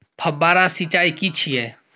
फव्वारा सिंचाई की छिये?